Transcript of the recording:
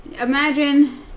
imagine